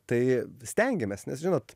tai stengiamės nes žinot